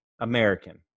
American